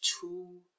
two